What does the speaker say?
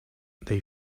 they